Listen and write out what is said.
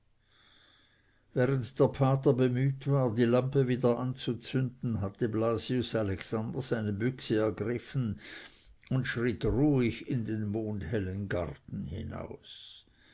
während der pater bemüht war die lampe wieder anzuzünden hatte blasius alexander seine büchse ergriffen und schritt ruhig in den mondhellen garten hinaus